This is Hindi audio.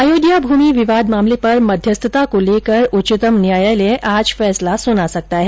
अयोध्या भूमि विवाद मामले पर मध्यस्थता को लेकर उच्चतम न्यायालय आज फैसला सुना सकता है